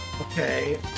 Okay